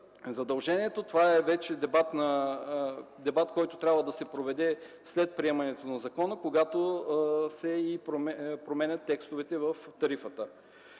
задължението. Това е вече дебат, който трябва да се проведе след приемането на закона, когато се променят текстовете в тарифата.